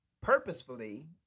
purposefully